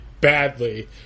badly